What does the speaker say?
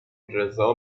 رضا